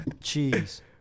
Cheese